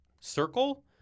circle